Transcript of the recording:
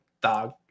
dog